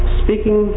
speaking